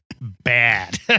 bad